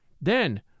Then